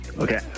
Okay